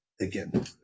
again